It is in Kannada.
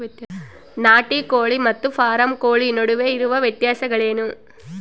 ನಾಟಿ ಕೋಳಿ ಮತ್ತು ಫಾರಂ ಕೋಳಿ ನಡುವೆ ಇರುವ ವ್ಯತ್ಯಾಸಗಳೇನು?